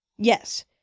Yes